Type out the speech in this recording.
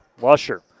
Lusher